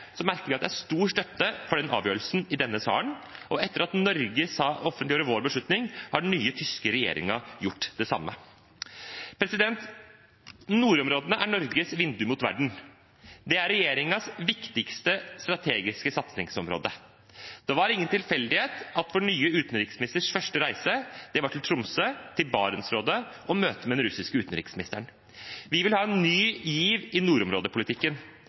merker vi at det er stor støtte for den avgjørelsen i denne salen, og etter at Norge offentliggjorde sin beslutning, har den nye tyske regjeringen gjort det samme. Nordområdene er Norges vindu mot verden. Det er regjeringens viktigste strategiske satsingsområde. Det var ingen tilfeldighet at vår nye utenriksministers første reise var til Tromsø, til Barentsrådet og møtet med den russiske utenriksministeren. Vi vil ha en ny giv i nordområdepolitikken.